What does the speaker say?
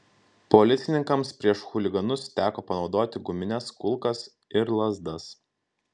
policininkams prieš chuliganus teko panaudoti gumines kulkas ir lazdas